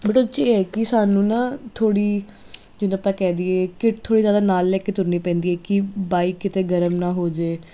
but ਉਹਦੇ 'ਚ ਇਹ ਕਿ ਸਾਨੂੰ ਨਾ ਥੋੜ੍ਹੀ ਜਦੋਂ ਆਪਾਂ ਕਹਿ ਦਈਏ ਕਿ ਥੋੜ੍ਹੀ ਜ਼ਿਆਦਾ ਨਾਲ ਲੈ ਕੇ ਤੁਰਨੀ ਪੈਂਦੀ ਹੈ ਕਿ ਬਾਈਕ ਕਿਤੇ ਗਰਮ ਨਾ ਹੋ ਜਾਏ